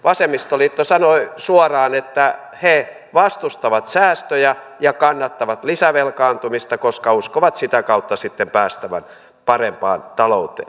vasemmistoliitto sanoi suoraan että he vastustavat säästöjä ja kannattavat lisävelkaantumista koska uskovat sitä kautta sitten päästävän parempaan talouteen